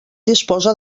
disposa